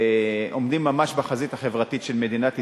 ועומדים ממש בחזית החברתית של מדינת ישראל,